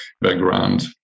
background